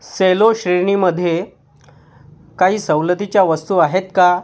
Cello श्रेणीमध्ये काही सवलतीच्या वस्तू आहेत का